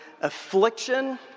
affliction